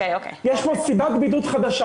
יש פה סיבת בידוד חדשה.